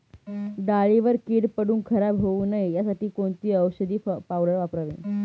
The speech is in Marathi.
डाळीवर कीड पडून खराब होऊ नये यासाठी कोणती औषधी पावडर वापरावी?